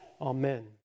Amen